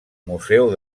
museu